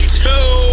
two